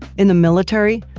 in the military,